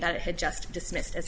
that it had just dismissed as